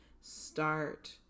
start